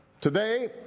today